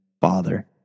Father